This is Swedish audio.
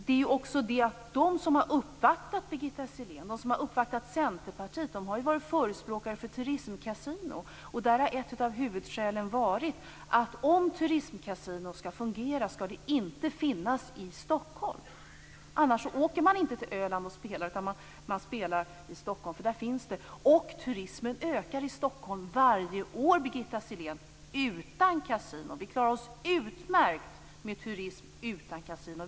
Det är ju också så att de som har uppvaktat Birgitta Sellén, de som har uppvaktat Centerpartiet, har varit förespråkare för turistkasinon. Där har ett av huvudskälen varit att om turistkasinon skall fungera skall de inte finnas i Stockholm. Annars åker man inte till Öland och spelar utan man spelar i Stockholm, för där finns det. Turismen ökar i Stockholm varje år, Birgitta Sellén, utan kasino. Vi klarar oss utmärkt med turism utan kasino.